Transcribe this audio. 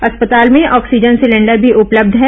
अस्पताल में oxygen cylinder भी उपलब्ध है